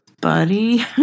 Buddy